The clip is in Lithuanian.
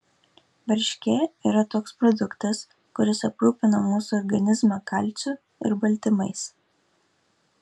varškė yra toks produktas kuris aprūpina mūsų organizmą kalciu ir baltymais